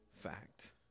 fact